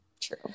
true